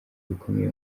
bikomeye